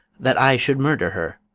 that i should murder her?